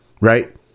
right